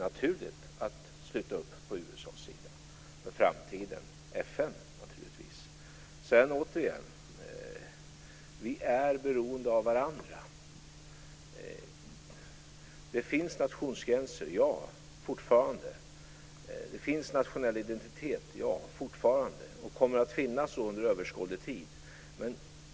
I framtiden är det naturligtvis inom FN som detta ska ske. Vi är beroende av varandra. Det finns fortfarande nationsgränser och nationell identitet, och det kommer att finnas under överskådlig tid.